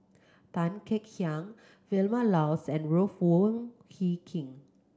Tan Kek Hiang Vilma Laus and Ruth Wong Hie King